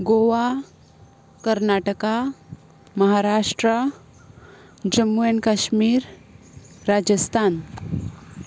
Goa Karnataka Maharashtra Jammu and Kashmir Rajasthan